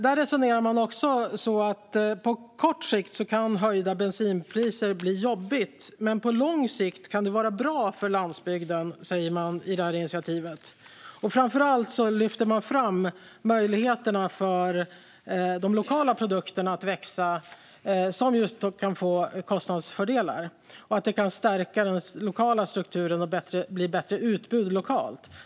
Höjda bensinpriser kan på kort sikt bli jobbigt, men på lång sikt kan det vara bra för landsbygden, säger man i det här initiativet. Framför allt lyfter man fram möjligheterna för de lokala produkterna att växa, vilka kan få kostnadsfördelar, att det kan stärka den lokala strukturen och bli bättre utbud lokalt.